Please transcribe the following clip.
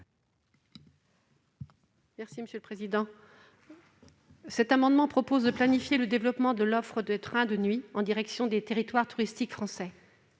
Mme Béatrice Gosselin. Cet amendement tend à planifier le développement de l'offre de trains de nuit en direction des territoires touristiques français.